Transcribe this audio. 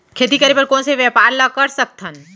खेती करे बर कोन से व्यापार ला कर सकथन?